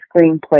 screenplay